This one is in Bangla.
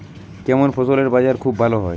কেমন ফসলের বাজার খুব ভালো হয়?